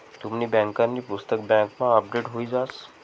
तुमनी बँकांनी पुस्तक बँकमा अपडेट हुई जास